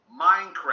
Minecraft